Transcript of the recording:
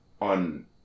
on